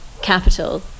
capital